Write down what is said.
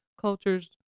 cultures